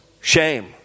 shame